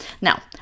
Now